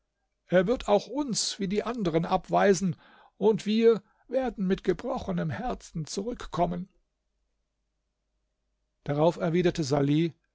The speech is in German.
er wird auch uns wie die anderen abweisen und wir werden mit gebrochenem herzen zurückkommen darauf erwiderte salih